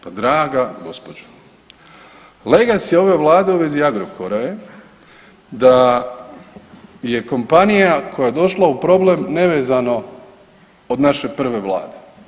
Pa draga gospođo, legacy ove Vlade u vezi Agrokora je da je kompanija koja je došla u problem nevezano od naše prve Vlade.